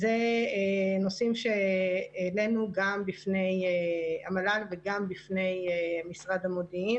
אלה נושאים שהעלינו גם בפני המל"ל וגם בפני משרד המודיעין,